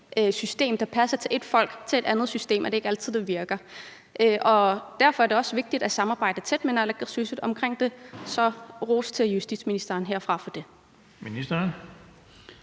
system, der passer til ét folk, til et andet system, er det ikke altid, at det virker. Derfor er det også vigtigt at samarbejde tæt med naalakkersuisut om det. Så ros til justitsministeren herfra for det.